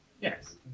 yes